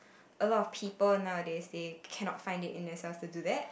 a lot of people nowadays they cannot find it in themselves to do that